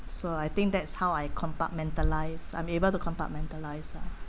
so I think that's how I compartmentalise I'm able to compartmentalise lah